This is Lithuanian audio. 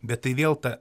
bet tai vėl ta